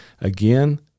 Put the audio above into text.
Again